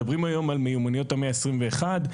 מדברים היום על מיומנויות המאה עשרים ואחת,